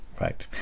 right